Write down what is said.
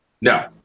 No